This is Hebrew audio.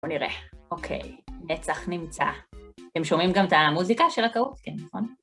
בואו נראה. אוקיי, נצח נמצא. אתם שומעים גם את המוזיקה של הקהוטים, נכון?